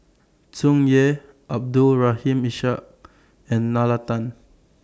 Tsung Yeh Abdul Rahim Ishak and Nalla Tan